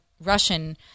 Russian